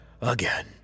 again